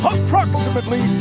Approximately